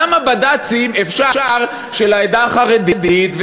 למה בד"צים של העדה החרדית אפשר,